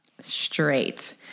straight